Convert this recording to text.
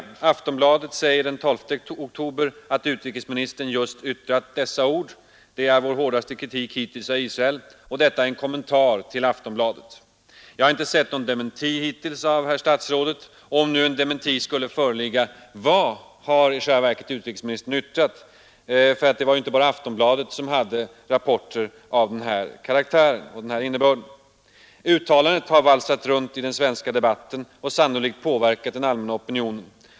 Aftonbladet säger den 12 oktober att utrikesministern just yttrat dessa ord: ”Det är vår hårdaste kritik hittills av Israel” — och detta i en kommentar till Aftonbladet. Jag har hittills inte sett någon dementi av herr utrikesministern. Och om nu en dementi skulle föreligga: Vad har i själva verket utrikesministern yttrat? Det är inte bara Aftonbladet som har haft rapporter av den här innebörden. Uttalandet har valsat runt i den svenska debatten och sannolikt påverkat den allmänna opinionen.